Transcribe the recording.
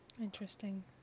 Interesting